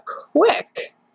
quick